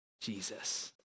Jesus